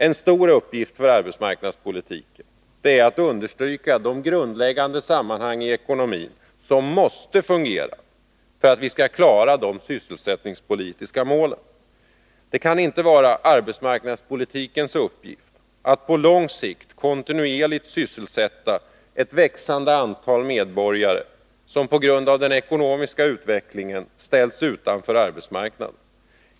En stor uppgift för arbetsmarknadspolitiken är att understryka de grundläggande sammanhang i ekonomin som måste fungera för att vi skall klara de sysselsättningspolitiska målen. Det kan inte vara arbetsmarknadspolitikens uppgift att på lång sikt kontinuerligt sysselsätta ett växande antal medborgare som på grund av den ekonomiska utvecklingen ställts utanför arbetsmarknaden.